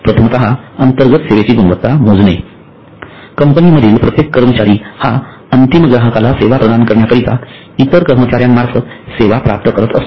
प्रथमतः अंतर्गत सेवेची गुणवत्ता मोजणे कंपनी मधील प्रत्येक कर्मचारी हा अंतिम ग्राहकांला सेवा प्रदान करण्याकरिता इतर कर्मचाऱ्यांमार्फत सेवा प्राप्त करत असतो